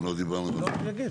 לא דיברת על זה.